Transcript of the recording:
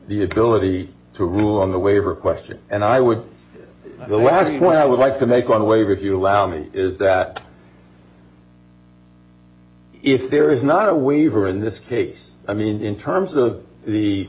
the ability to rule on the waiver question and i would the last one i would like to make one wave if you allow me is that if there is not a waiver in this case i mean in terms of the